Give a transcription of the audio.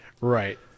Right